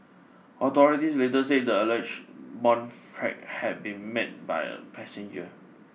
authorities later said the alleged bomb threat had been make by a passenger